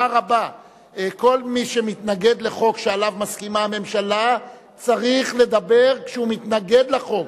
כל מי שמתנגד לחוק שהממשלה מסכימה עליו צריך לדבר כשהוא מתנגד לחוק,